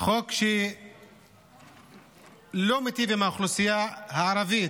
חוק שלא מיטיב עם האוכלוסייה הערבית,